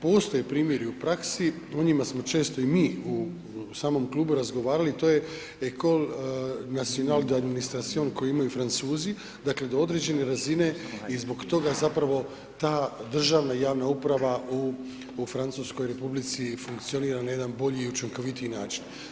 Postoje primjeri u praksi, u njima smo često i mi u samom klubu razgovarali, to je L'ecole nationale d' administration koji imaju Francuzi, dakle do određene razine i zbog toga zapravo ta državna i javna uprava u Francuskoj Republici funkcionira na jedan bolji i učinkovitiji način.